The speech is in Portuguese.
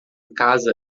casa